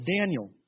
Daniel